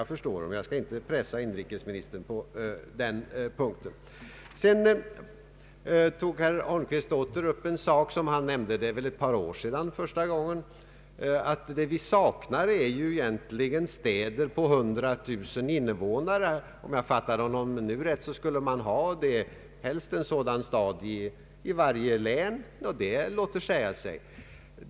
Jag förstår honom — och jag skall inte pressa inrikesministern på den punkten. Sedan tog herr Holmqvist åter upp en sak som han nämnde första gången för ett par år sedan, nämligen att det vi saknar egentligen är städer på 100 000 invånare. Om jag förstod honom rätt skulle man helst ha en sådan stad i varje län. Det låter säga sig.